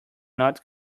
not